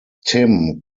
tim